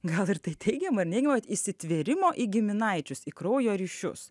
gal ir tai teigiamą ar neigiamą įsitvėrimo į giminaičius į kraujo ryšius